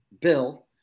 Bill